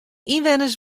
ynwenners